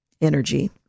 Energy